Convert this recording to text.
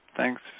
Thanks